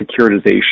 securitization